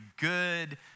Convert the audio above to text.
good